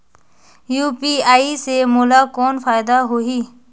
UPI से मोला कौन फायदा होही?